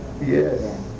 Yes